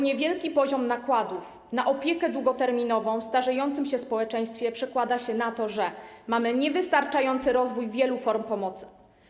Niewielki poziom nakładów na opiekę długoterminową w starzejącym się społeczeństwie przekłada się na to, że mamy niewystarczający rozwój wielu form pomocy.